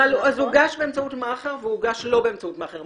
אז הוגש באמצעות מאכער או לא באמצעות מאכער.